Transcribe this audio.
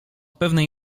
pewnej